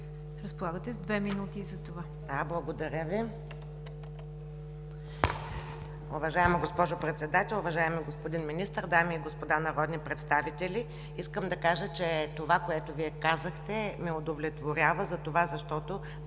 АНЕЛИЯ КЛИСАРОВА (БСП за България): Благодаря Ви. Уважаема госпожо Председател, уважаеми господин Министър, дами и господа народни представители! Искам да кажа, че това, което Вие казахте, ме удовлетворява за това, защото